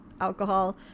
alcohol